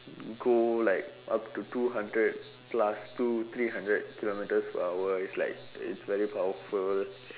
go like up to two hundred plus two three hundred kilometres per hour it's like it's very powerful